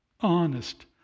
honest